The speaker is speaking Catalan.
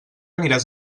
aniràs